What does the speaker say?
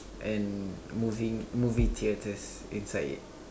and moving movie theatres inside it